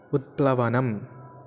उत्प्लवनम्